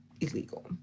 illegal